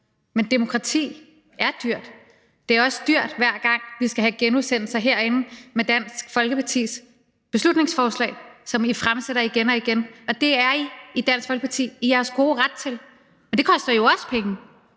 men demokrati er dyrt. Det er også dyrt, hver gang vi herinde skal have genudsendelser af Dansk Folkepartis beslutningsforslag, som bliver fremsat igen og igen. Det er I i Dansk Folkeparti i jeres gode ret til, men det koster jo også penge.